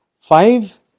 five